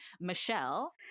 michelle